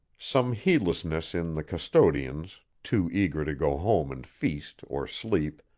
some heedlessness in the custodians, too eager to go home and feast or sleep,